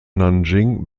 nanjing